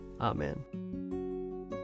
Amen